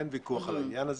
אין ויכוח על העניין הזה.